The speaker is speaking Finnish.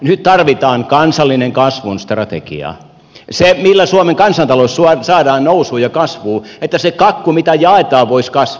nyt tarvitaan kansallinen kasvun strategia se millä suomen kansantalous saadaan nousuun ja kasvuun niin että se kakku mitä jaetaan voisi kasvaa